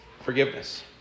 Forgiveness